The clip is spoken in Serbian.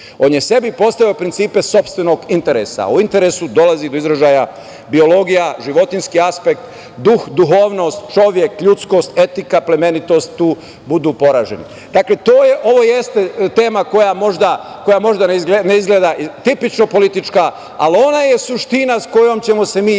On je sebi postavio principe sopstvenog interesa, o interesu dolazi do izražaja biologija, životinjski aspekt, duh, duhovnost, čovek, ljudskost, etika, plemenitost, tu budu poraženi. Dakle, ovo jeste tema koja možda ne izgleda tipično politička, ali ona je suština sa kojom ćemo se mi iznova